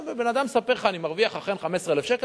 הבן-אדם מספר לך: אני מרוויח אכן 15,000 שקל,